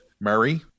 Murray